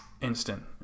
instant